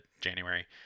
January